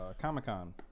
Comic-Con